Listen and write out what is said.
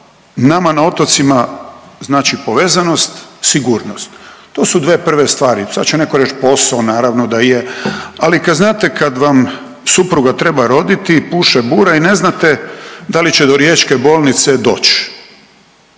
nama na otocima znači povezanost, sigurnost. To su dvije prve stvari. Sad će netko reći posao naravno da je, ali kad znate kad vam supruga treba roditi puše bura i ne znate da li će do riječke bolnice doći